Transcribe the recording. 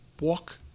walk